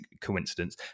coincidence